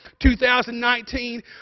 2019